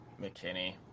McKinney